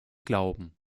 glauben